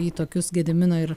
į tokius gedimino ir